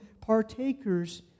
partakers